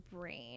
brain